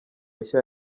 nshya